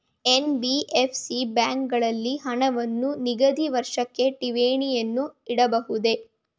NBFC ಬ್ಯಾಂಕುಗಳಲ್ಲಿ ಹಣವನ್ನು ನಿಗದಿತ ವರ್ಷಕ್ಕೆ ಠೇವಣಿಯನ್ನು ಇಡಬಹುದೇ?